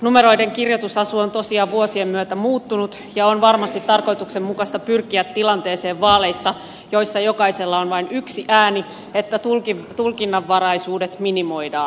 numeroiden kirjoitusasu on tosiaan vuosien myötä muuttunut ja on varmasti tarkoituksenmukaista pyrkiä vaaleissa joissa jokaisella on vain yksi ääni siihen tilanteeseen että tulkinnanvaraisuudet minimoidaan